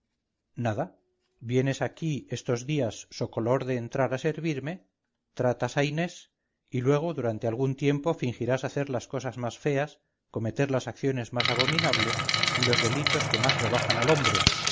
vienes aquí estos días so color de entrar a servirme tratas a inés y luego durante algún tiempo fingirás hacer las cosas más feas cometer las acciones más abominables y los delitos que más rebajan al hombre